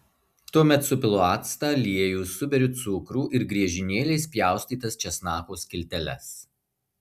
tuomet supilu actą aliejų suberiu cukrų ir griežinėliais pjaustytas česnako skilteles